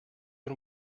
can